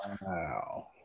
Wow